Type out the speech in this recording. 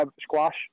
Squash